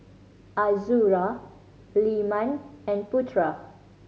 Azura Leman and Putera